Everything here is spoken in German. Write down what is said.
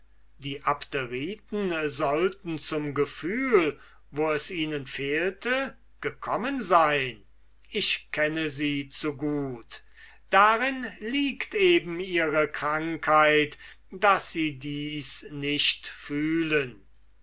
die abderiten sollten zum gefühl wo es ihnen fehlte gekommen sein ich kenne sie zu gut darin liegt eben ihre krankheit daß sie dies nicht fühlen